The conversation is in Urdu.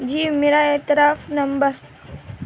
جی میرا اعتراف نمبر